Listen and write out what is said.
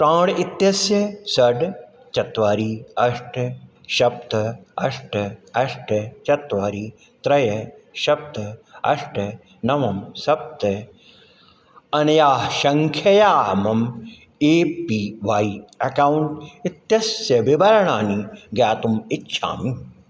प्राण् इत्यस्य षड् चत्वारि अष्ट सप्त अष्ट अष्ट चत्वारि त्रय सप्त अष्ट नव सप्त अनया सङ्ख्यया मम ए पि वाय् अकौण्ट् इत्यस्य विवरणानि ज्ञातुम् इच्छामि